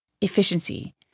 Efficiency